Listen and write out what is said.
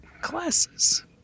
classes